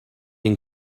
این